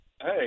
Hey